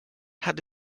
had